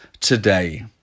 today